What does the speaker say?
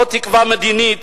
לא תקווה מדינית,